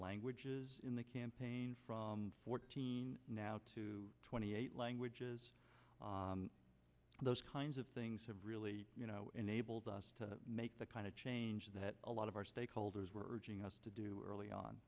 languages in the campaign from fourteen to twenty eight languages those kinds of things have really enabled us to make the kind of change that a lot of our stakeholders were urging us to do early on